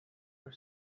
her